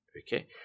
Okay